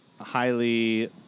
highly